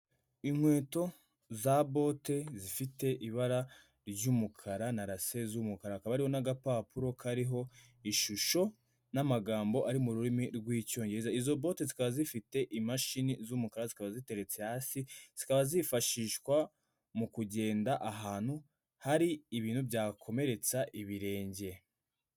Inkweto za bote zifite ibara ry'umukara na lase z'umukara hakaba hariho n'agapapuro kariho ishusho n'amagambo ari mu rurimi rw'Icyongereza izo bote zikaba zifite imashini z'umukara, zikaba ziteretse hasi, zikaba zifashishwa mu kugenda ahantu hari ibintu byakomeretsa ibirenge.